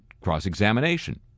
cross-examination